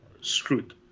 Screwed